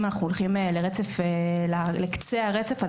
אם אנחנו הולכים לקצה הרצף,